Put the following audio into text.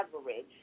average